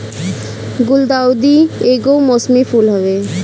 गुलदाउदी एगो मौसमी फूल हवे